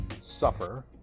suffer